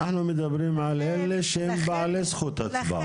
אנחנו מדברים על אלה שהם בעלי זכות הצבעה.